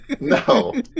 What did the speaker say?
No